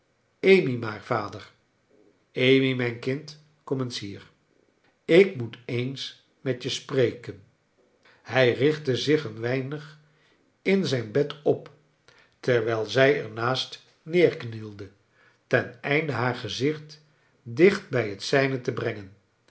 maar vader amy mijn kind kom eens hier ik moet eens met je spreken hij richtte zich een weinig in zijn bed op terwijl zij er naast neerknielde teneinde haar gezicht dicht bij het zgne te brengen